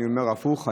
אני אומר את ההפך.